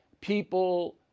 people